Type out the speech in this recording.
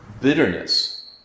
Bitterness